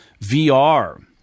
VR